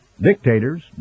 Dictators